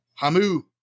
Hamu